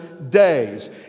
Days